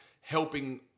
helping